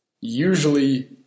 usually